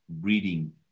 reading